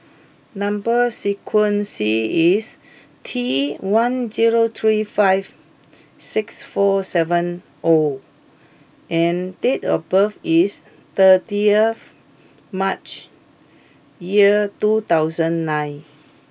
number sequence is T one zero three five six four seven O and date of birth is thirty earth March ear two thousand nine